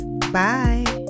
Bye